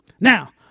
Now